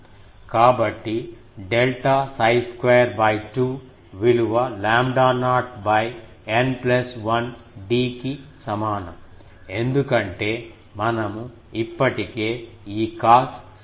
కాబట్టి డెల్టా 𝜓 2 2 విలువ lambda naught N 1 d కి సమానం ఎందుకంటే మనము ఇప్పటికే ఈ cos 𝜓 1ను కనుగొన్నాము